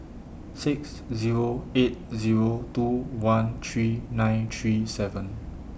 six Zero eight Zero two one three nine three seven